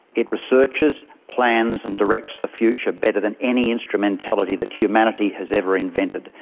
it researches, plans and directs the future better than any instrumentality that humanity has ever invented.